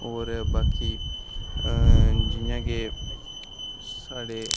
होर बाकी जि'यां के साढ़े के